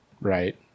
Right